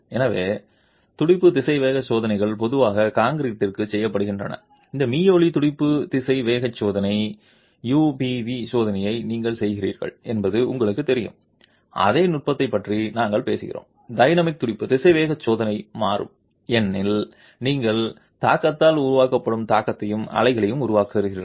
எனவே துடிப்பு திசைவேக சோதனைகள் பொதுவாக கான்கிரீட்டிற்கும் செய்யப்படுகின்றன இந்த மீயொலி துடிப்பு திசைவேக சோதனை யுபிவி சோதனையை நீங்கள் செய்கிறீர்கள் என்பது உங்களுக்குத் தெரியும் அதே நுட்பத்தைப் பற்றி நாங்கள் பேசுகிறோம் டைனமிக் துடிப்பு திசைவேக சோதனை மாறும் ஏனெனில் நீங்கள் தாக்கத்தால் உருவாக்கப்படும் தாக்கத்தையும் அலைகளையும் உருவாக்குகிறீர்கள்